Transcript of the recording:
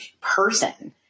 person